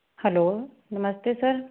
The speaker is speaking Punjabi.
ਹੈਲੋ ਨਮਸਤੇ ਸਰ